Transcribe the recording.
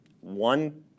One